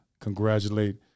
congratulate